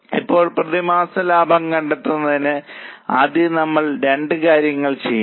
ഇപ്പോൾ പ്രതിമാസ ലാഭം കണ്ടെത്തുന്നതിന് ആദ്യം നമ്മൾ രണ്ട് കാര്യങ്ങൾ ചെയ്യണം